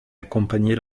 accompagnait